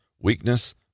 weakness